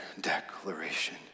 declaration